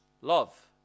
love